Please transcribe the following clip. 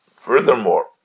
Furthermore